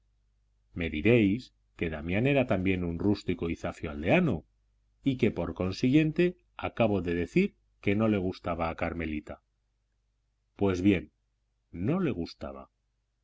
diréis que damián era también un rústico y zafio aldeano y que por consiguiente acabo de decir que no le gustaba a carmelita pues bien no le gustaba